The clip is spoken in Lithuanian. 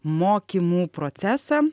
mokymų procesą